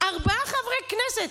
ארבעה חברי כנסת.